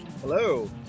Hello